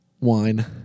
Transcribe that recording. Wine